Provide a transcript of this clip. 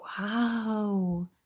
wow